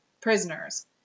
prisoners